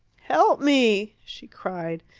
help me! she cried,